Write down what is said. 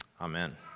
Amen